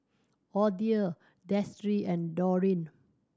Odile Destry and Dorene